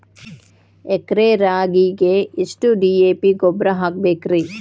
ಎಕರೆ ರಾಗಿಗೆ ಎಷ್ಟು ಡಿ.ಎ.ಪಿ ಗೊಬ್ರಾ ಹಾಕಬೇಕ್ರಿ?